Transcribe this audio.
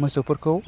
मोसौफोरखौ